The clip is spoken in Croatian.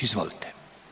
Izvolite.